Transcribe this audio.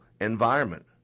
environment